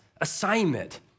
assignment